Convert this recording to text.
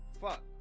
fuck